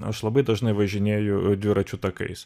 aš labai dažnai važinėju dviračių takais